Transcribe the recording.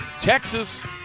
Texas